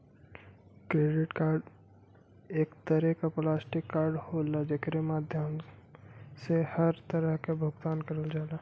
credit card एक तरे क प्लास्टिक कार्ड होला एकरे माध्यम से हर तरह क भुगतान करल जाला